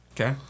Okay